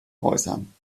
äußern